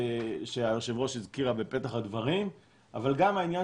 שיושבת-הראש הזכירה בפתח הדברים אבל גם העניין